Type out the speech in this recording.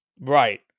right